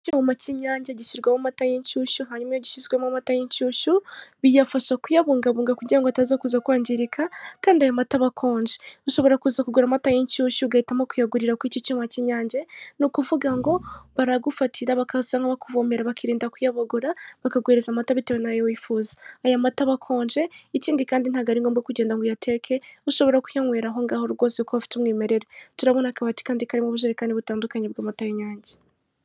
Icyuma cy'Inyange gishyirwamo amata y'inshyushyu hanyuma gishyizwemo amata y'inshyushyu biyafasha kuyabungabunga kugirango ngo ataza kuza kwangirika kandi ayo mata aba akonje. Bishobora kuza kugura amata y'inshyushyu ugahitamo kuyagurira ku iki cyuma k'Inyange ni ukuvuga ngo baragufatira bagasa nk' abakuvomera bakirinda kuyabogora bakaguhereza amata bitewe n'ayo wifuza. Aya mata aba akonje ikindi kandi ntago ari ngombwa kugenda ngo uyateke, ushobora kuyanywera aho ngaho rwose kuko afite umwimerere. Turabona akabati kandi karimo ubujerikani butandukanye bw'amata y'Inyange.